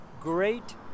great